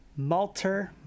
Malter